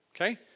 okay